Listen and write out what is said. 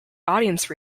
audience